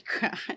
god